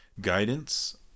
guidance